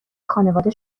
خانواده